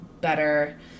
better